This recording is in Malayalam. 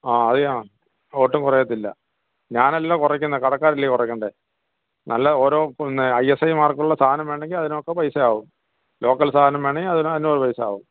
ആ അത് ആ ഒട്ടും കുറയത്തില്ല ഞാൻ അല്ലാലോ കുറക്കേണ്ടത് കടക്കാരല്ലെ കുറക്കേണ്ടത് നല്ല ഓരോ പിന്നെ ഐ എസ് ഐ മാർക്ക് ഉള്ള സാധനം വേണമെങ്കിൽ അതിനൊക്കെ പൈസ ആവും ലോക്കൽ സാധനം വേണം എങ്കിൽ അതിനുള്ള പൈസ ആവും